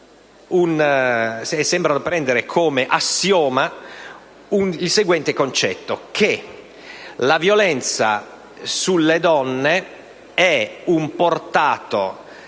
sembrano prendere come assioma il concetto che la violenza sulle donne è un portato